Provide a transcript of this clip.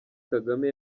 kagame